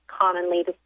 commonly